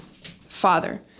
father